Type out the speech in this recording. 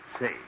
say